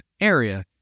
area